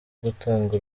gutanga